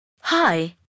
Hi